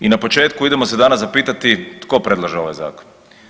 I na početku idemo se danas zapitati tko predlaže ovaj Zakon?